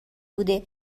بوده